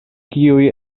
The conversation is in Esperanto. kiuj